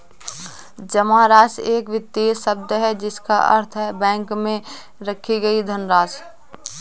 जमा राशि एक वित्तीय शब्द है जिसका अर्थ है बैंक में रखी गई धनराशि